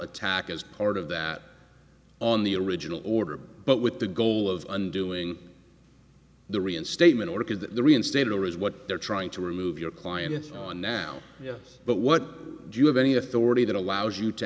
attack as part of that on the original order but with the goal of undoing the reinstatement is that the reinstated there is what they're trying to remove your client on now yes but what do you have any authority that allows you to